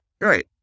Right